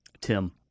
Tim